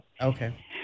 Okay